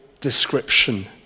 description